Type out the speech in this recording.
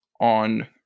on